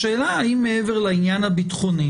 השאלה האם מעבר לעניין הביטחוני,